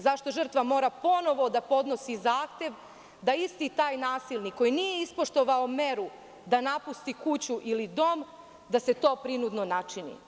Zašto žrtva mora ponovo da podnosi zahtev da isti taj nasilnik koji nije ispoštovao meru da napusti kuću ili dom da se to prinudno načini?